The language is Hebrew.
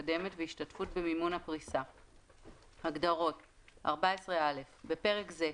מתקדמת והשתתפות במימון הפריסה הגדרות 14א. בפרק זה,